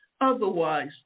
otherwise